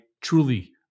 truly